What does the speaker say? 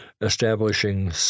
establishing